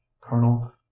Colonel